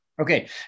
Okay